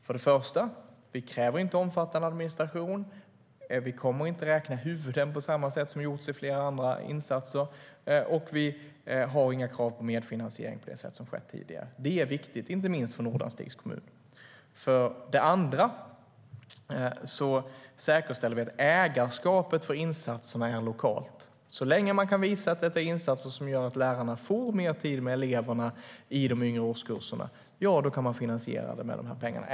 För det första kräver vi inte omfattande administration, och vi kommer inte att räkna huvuden på samma sätt som i flera andra insatser. Vi har heller inga krav på medfinansiering på det sätt som har skett tidigare. Det är viktigt, inte minst för Nordanstigs kommun. För det andra säkerställer vi att ägarskapet för insatserna är lokalt. Så länge man kan visa att det rör sig om insatser som gör att lärarna får mer tid med eleverna i de yngre årskurserna kan man finansiera dem med de här pengarna.